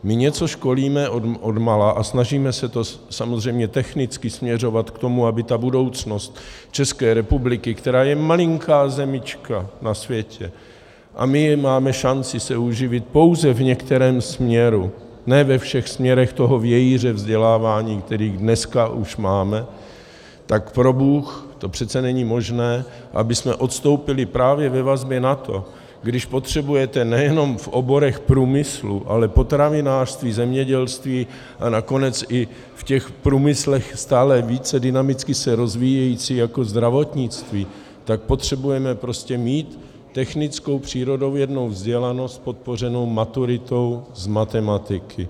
My něco školíme odmala a snažíme se to samozřejmě technicky směřovat k tomu, aby ta budoucnost České republiky, která je malinká zemička na světě, a my jen máme šanci se uživit pouze v některém směru, ne ve všech směrech toho vějíře vzdělávání, který dneska už máme, tak probůh, to přece není možné, abychom odstoupili právě ve vazbě na to, když potřebujete nejenom v oborech průmyslu, ale potravinářství, zemědělství a nakonec i v těch průmyslech stále více dynamicky se rozvíjející jako zdravotnictví, tak potřebujeme prostě mít technickou přírodovědnou vzdělanost podpořenou maturitou z matematiky.